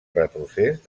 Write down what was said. retrocés